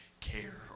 care